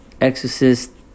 Exorcist